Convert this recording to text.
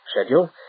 schedule